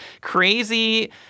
crazy